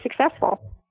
successful